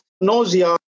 nausea